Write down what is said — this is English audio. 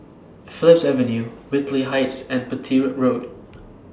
Phillips Avenue Whitley Heights and Petir Road